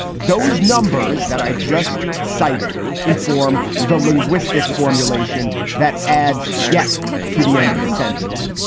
those numbers that i just cited inform the linguistic formulation that adds yet to the end of the sentence.